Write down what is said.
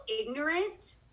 ignorant